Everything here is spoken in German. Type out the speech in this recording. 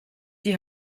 die